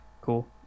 cool